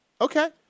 Okay